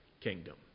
kingdom